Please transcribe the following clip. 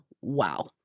Wow